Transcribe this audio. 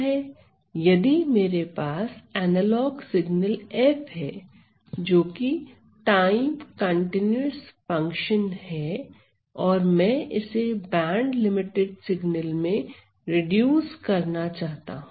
यदि मेरे पास एनालॉग सिगनल f है जोकि टाइम कंटीन्यूअस फंक्शन है और मैं इसे बैंडलिमिटेड सिगनल में रिड्यूस करना चाहता हूं